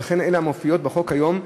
וכן אלה המופיעות בחוק כיום,